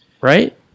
right